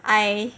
I